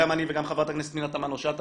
גם אני וגם חברת הכנסת פנינו תמנו שטה,